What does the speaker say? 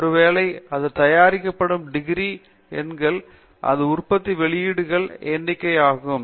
ஒருவேளை அது தயாரிக்கப்படும் டிகிரி எண்கள் அது உற்பத்தி வெளியீடுகளின் எண்ணிக்கை ஆகும்